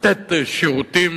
לתת שירותים,